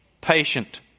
patient